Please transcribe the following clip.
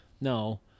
No